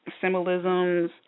symbolisms